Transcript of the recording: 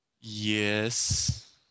Yes